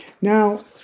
Now